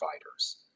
providers